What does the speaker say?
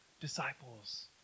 disciples